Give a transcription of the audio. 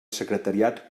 secretariat